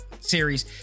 series